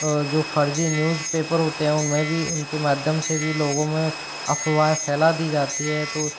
जो फ़र्ज़ी newspaper होते हैं उन में भी उन के माध्यम से भी लोगों मे अफ़वाएं फैला दी जाती है तो